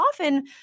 often